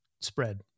spread